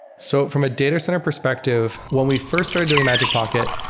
so from a data center perspective, when we first started doing magic pocket,